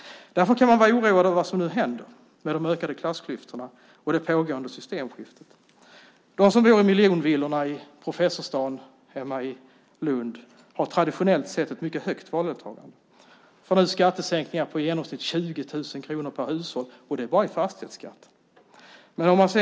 Därför kan man vara oroad över det som nu händer med de ökade klassklyftorna och det pågående systemskiftet. De som bor i miljonvillorna i Professorstaden hemma i Lund har traditionellt sett ett mycket högt valdeltagande. De får nu skattesänkningar på i genomsnitt 20 000 kronor per hushåll, och det bara i fastighetsskatt.